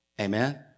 Amen